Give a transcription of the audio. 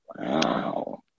Wow